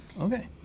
Okay